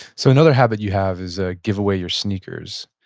so another habit you have is ah give away your sneakers.